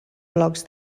blocs